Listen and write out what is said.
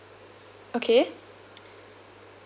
okay